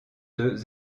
deux